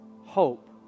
hope